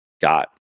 got